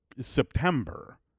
September